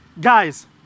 guys